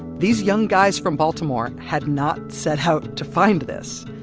these young guys from baltimore had not set out to find this,